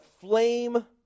flame